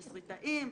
התסריטאים,